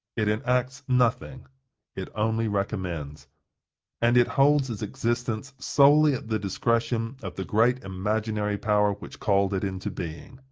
it enacts nothing it only recommends and it holds its existence solely at the discretion of the great imaginary power which called it into being.